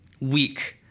weak